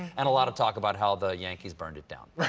and a lot of talk about how the yankees burned it down.